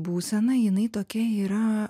būsena jinai tokia yra